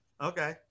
Okay